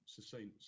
sustainability